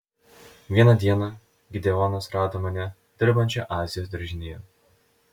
vieną dieną gideonas rado mane dirbančią azijos daržinėje